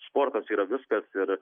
sportas yra viskas ir